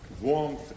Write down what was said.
warmth